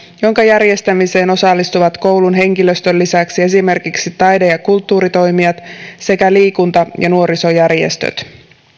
jonka järjestämiseen osallistuvat koulun henkilöstön lisäksi esimerkiksi taide ja kulttuuritoimijat sekä liikunta ja nuorisojärjestöt